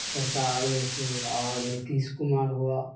سرکار جیسے اور نتیش کمار ہوا